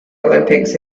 olympics